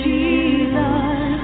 Jesus